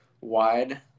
wide